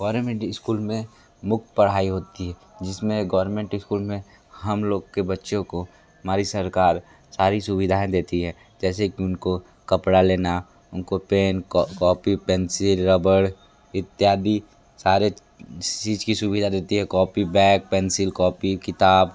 government school में मुख्य पढ़ाई होती है जिसमें गौरमेंट इस्कूल में हम लोग के बच्चों को हमारी सरकार सारी सुविधाएँ देती है जैसे कि उनको कपड़ा लेना उनको पेन कॉपी पेंसिल रबड़ इत्यादि सारे चीज़ की सुविधा देती है कॉपी बैग पेंसिल कॉपी किताब